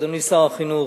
אדוני שר החינוך,